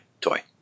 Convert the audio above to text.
toy